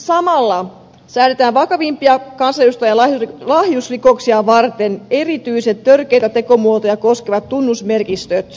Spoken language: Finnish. samalla säädetään vakavimpia kansanedustajan lahjusrikoksia varten erityisen törkeitä tekomuotoja koskevat tunnusmerkistöt